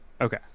Okay